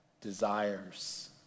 desires